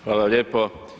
Hvala lijepo.